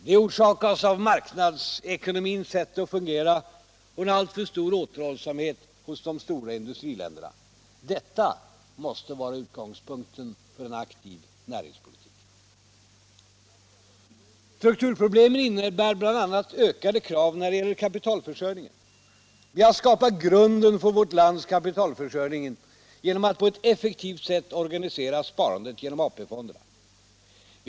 Detta orsakas av marknadsekonomins sätt att fungera och av en alltför stor återhållsamhet hos de stora industriländerna. Detta måste vara utgångspunkten för en aktiv näringspolitik. Strukturproblemen innebär bl.a. ökade krav när det gäller kapitalförsörjningen. Vi har skapat grunden för vårt lands kapitalförsörjning genom att på ett effektivt sätt organisera sparandet genom AP-fonderna.